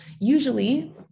usually